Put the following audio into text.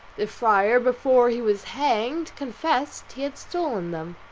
the friar before he was hanged confessed he had stolen them.